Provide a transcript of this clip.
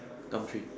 Gumtree